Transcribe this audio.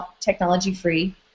technology-free